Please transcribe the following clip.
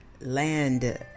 land